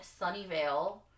Sunnyvale